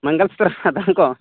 ᱢᱚᱝᱜᱚᱞ ᱥᱩᱛᱨᱚ ᱨᱮᱱᱟᱜ ᱫᱟᱢ ᱠᱚ